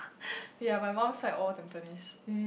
yea my mum likes all Tampines